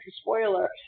spoiler